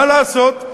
מה לעשות.